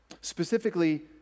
specifically